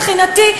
מבחינתי,